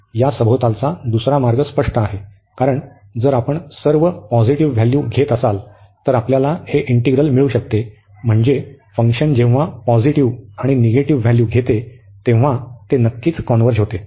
या सभोवतालचा दुसरा मार्ग स्पष्ट आहे कारण जर आपण सर्व पॉझिटिव्ह व्हॅल्यू घेत असाल तर आपल्याला हे इंटिग्रल मिळू शकते म्हणजे फंक्शन जेव्हा पॉझिटिव्ह आणि निगेटिव्ह व्हॅल्यू घेते तेव्हा ते नक्कीच कॉन्व्हर्ज होते